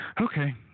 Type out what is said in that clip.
okay